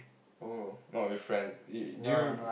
oh not with friends you do you